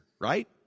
right